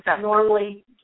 normally